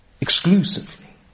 exclusively